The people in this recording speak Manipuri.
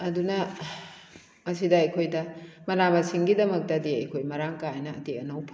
ꯑꯗꯨꯅ ꯑꯁꯤꯗ ꯑꯩꯈꯣꯏꯗ ꯃꯅꯥ ꯃꯁꯤꯡꯒꯤꯗꯃꯛꯇꯗꯤ ꯑꯩꯈꯣꯏ ꯃꯔꯥꯡ ꯀꯥꯏꯅ ꯑꯇꯦꯛ ꯑꯅꯧ ꯐꯪꯉꯤ